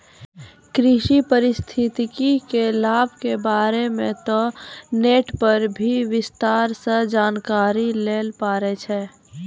कृषि पारिस्थितिकी के लाभ के बारे मॅ तोहं नेट पर भी विस्तार सॅ जानकारी लै ल पारै छौ